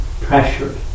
pressure